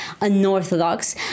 unorthodox